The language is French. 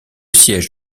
siège